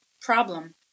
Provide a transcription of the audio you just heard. problem